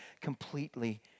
completely